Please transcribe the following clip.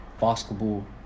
basketball